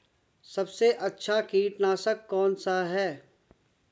सबसे अच्छा कीटनाशक कौन सा है?